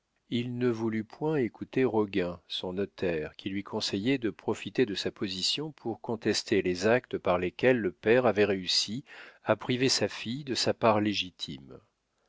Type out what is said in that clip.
il ne voulut point écouter roguin son notaire qui lui conseillait de profiter de sa position pour contester les actes par lesquels le père avait réussi à priver sa fille de sa part légitime